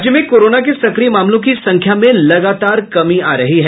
राज्य में कोरोना के सक्रिय मामलों की संख्या में लगातार कमी आ रही है